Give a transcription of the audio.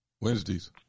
Wednesdays